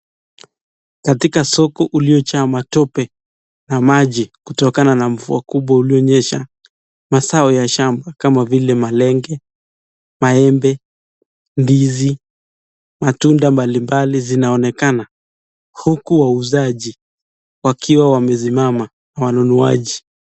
Katika soko uliojaa matope na maji kutokana na mvua kubwa ulio nyesha mazao ya shamba kama vile malenge, marmbe, ndizi na tunda mbalimbali zinaonekana huku wauzaji wakiwa wamesimama wanunuaji.